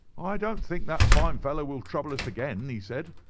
i don't think that fine fellow will trouble us again, he said.